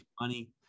money